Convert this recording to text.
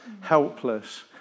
helpless